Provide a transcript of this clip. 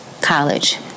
college